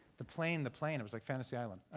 the plane, the plane, it was like fantasy island.